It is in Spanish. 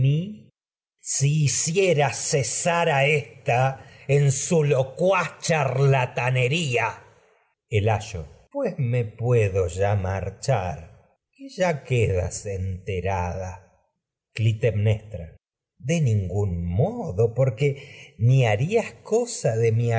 si hicieras ésta locuaz charlatanería pues el ayo das me puedo ya marchar que ya que enterada de clitemnestra cosa ningún modo porque que ni harías de mi